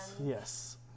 Yes